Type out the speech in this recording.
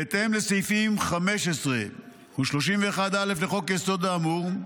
בהתאם לסעיפים 15 ו-31(א) לחוק-היסוד האמור,